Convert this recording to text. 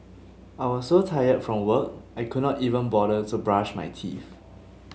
I was so tired from work I could not even bother to brush my teeth